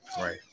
right